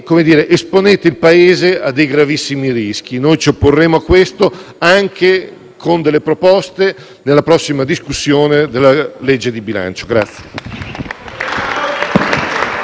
pone ed esponente il Paese a dei gravissimi rischi. Noi ci opporremo a questo anche con delle proposte nella prossima discussione della legge di bilancio.